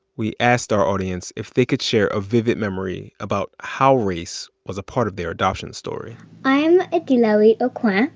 we asked our audience if they could share a vivid memory about how race was a part of their adoption story i am like you know edilowee okwan.